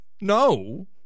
No